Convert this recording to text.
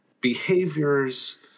behaviors